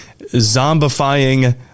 zombifying